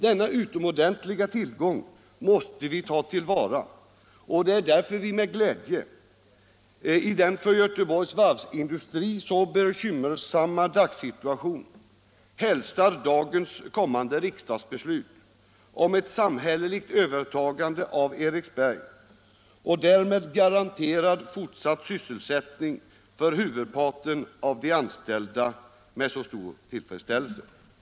Denna utomordentliga tillgång måste vi ta till vara, och det är därför vi i den för Göteborgs varvsindustri så bekymmersamma dagssituationen med stor tillfredsställelse hälsar dagens kommande riksdagsbeslut om ett samhälleligt övertagande av Eriksbergs varv och därmed garanterad fortsatt sysselsättning för huvudparten av de anställda.